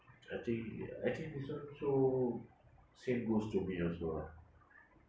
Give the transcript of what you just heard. I think I think this one also same goes to me also lah